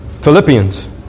Philippians